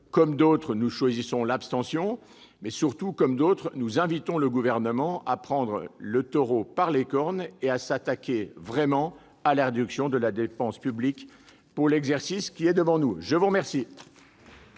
Comme d'autres, nous choisissons l'abstention. Surtout, comme d'autres, nous invitons le Gouvernement à prendre le taureau par les cornes et à s'attaquer vraiment à la réduction de la dépense publique pour l'exercice qui est devant nous. La parole